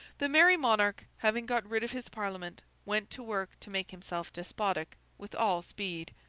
the merry monarch, having got rid of his parliament, went to work to make himself despotic, with all speed.